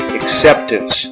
acceptance